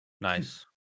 Nice